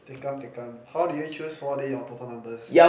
tikam tikam how do you choose four D or Toto numbers